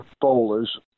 bowlers